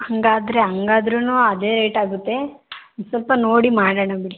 ಹಾಗಾದ್ರೆ ಹಂಗಾದ್ರೂ ಅದೇ ರೇಟ್ ಆಗುತ್ತೆ ಸ್ವಲ್ಪ ನೋಡಿ ಮಾಡೋಣ ಬಿಡಿ